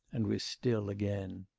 and was still again.